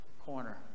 corner